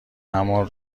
همان